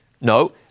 no